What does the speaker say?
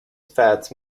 fat